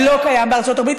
לא קיים בארצות הברית.